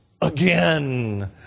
again